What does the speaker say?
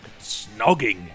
snogging